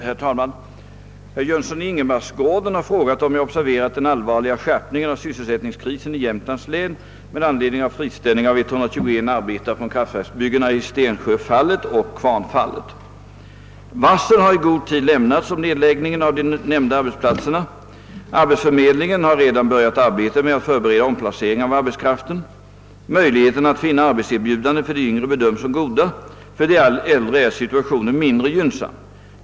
Herr talman! Herr Jönsson i Ingemarsgården har frågat, om jag observerat den allvarliga skärpningen av sysselsättningskrisen i Jämtlands län med anledning av friställning av 121 arbetare från kraftverksbyggena i Stensjöfallet och Kvarnfallet. Varsel har i god tid lämnats om nedläggningen av de nämnda arbetsplatserna. Arbetsförmedlingen har redan börjat arbetet med att förbereda omplacering av arbetskraften. Möjligheterna att finna arbetserbjudanden för de yngre bedöms som goda. För de äldre är situationen mindre gynnsam.